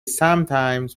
sometimes